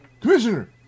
Commissioner